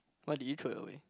why did you throw it away